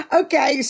okay